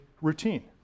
routine